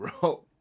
bro